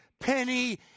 penny